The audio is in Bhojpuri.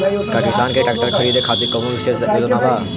का किसान के ट्रैक्टर खरीदें खातिर कउनों विशेष योजना बा?